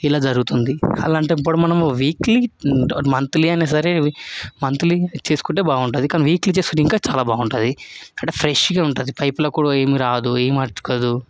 ఇలా జరుగుతుంది అలాంటప్పుడు మనం వీక్లీ మంత్లీ అయినా సరే మంత్లీ చేసుకుంటే బాగుంటుంది కానీ వీక్లీ చేసుకుంటే ఇంకా చాలా బాగుంటుంది అంటే ఫ్రెష్గా ఉంటుంది పైపులోకి ఏమీ రాదు ఏమీ అతుకదు